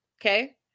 Okay